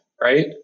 right